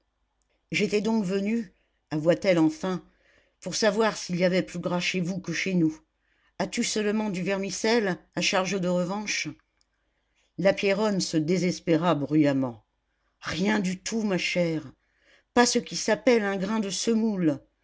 j'étais donc venue avoua t elle enfin pour savoir s'il y avait plus gras chez vous que chez nous as-tu seulement du vermicelle à charge de revanche la pierronne se désespéra bruyamment rien du tout ma chère pas ce qui s'appelle un grain de semoule